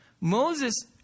Moses